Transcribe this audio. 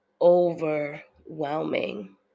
overwhelming